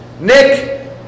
Nick